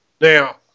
Now